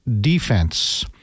defense